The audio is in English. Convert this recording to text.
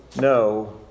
no